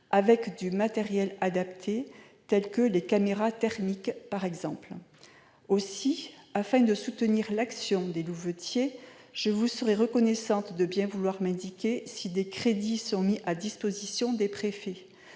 avec du matériel adapté, par exemple des caméras thermiques. Aussi, afin de soutenir l'action des louvetiers, je vous serais reconnaissante de bien vouloir m'indiquer si des crédits seront mis à disposition des préfets.